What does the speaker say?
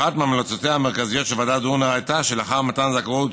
אחת מהמלצותיה המרכזיות של ועדת דורנר הייתה שלאחר מתן הזכאות